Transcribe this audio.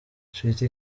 sweety